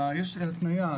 יש לך התניה,